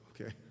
okay